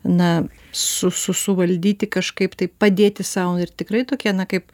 na su su suvaldyti kažkaip taip padėti sau ir tikrai tokie na kaip